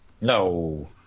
No